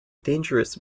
dangerous